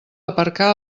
aparcar